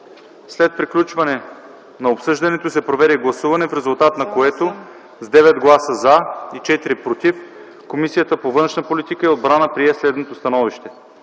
След приключването на обсъждането се проведе гласуване, в резултат на което, с 9 гласа „за” и 4 – „против”, Комисията по външна политика и отбрана прие следното становище: